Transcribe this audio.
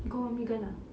go omegle ah